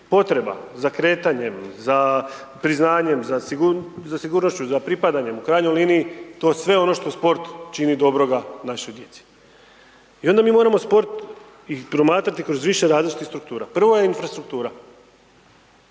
potreba, za kretanjem, za priznanjem, za sigurnošću, za pripadanjem, u krajnjoj liniji to je sve ono što sport čini dobroga našoj djeci. I onda mi moramo sport i promatrati kroz više različitih struktura. Prva je infrastruktura.